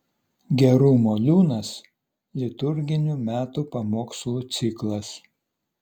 gerumo liūnas liturginių metų pamokslų ciklas